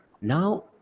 now